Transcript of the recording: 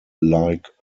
like